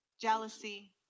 Jealousy